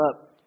up